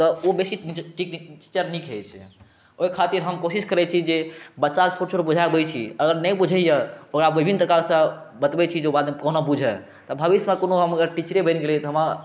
तऽ ओ बेसी टी टोचर नीक होइ छै ओहि खातिर हम कोशिश करै छी जे बच्चाके छोट छोट बुझाबै छी अगर नहि बुझैए ओकरा विभिन्न प्रकारसँ बतबै छी जे ओ बातके कोना बुझै तऽ भविष्यमे कोनो हम अगर टीचरे बनि गेलियै तऽ हमरा